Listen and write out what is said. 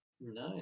nice